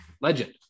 Legend